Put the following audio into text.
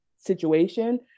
situation